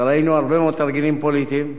וראינו הרבה מאוד תרגילים פוליטיים,